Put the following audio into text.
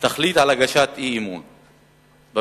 תחליט על הגשת אי-אמון בממשלה.